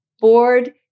board